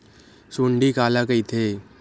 सुंडी काला कइथे?